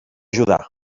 judà